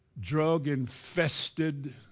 drug-infested